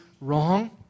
wrong